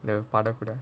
the father product